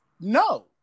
No